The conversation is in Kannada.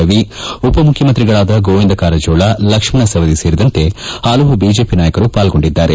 ರವಿ ಉಪ ಮುಖ್ಯಮಂತ್ರಿಗಳಾದ ಗೋವಿಂದ ಕಾರಳಜೋಳ ಲಕ್ಷಣ ಸವದಿ ಸೇರಿದಂತೆ ಹಲವು ಬಿಜೆಪಿ ನಾಯಕರು ಪಾಲ್ಗೊಂಡಿದ್ದಾರೆ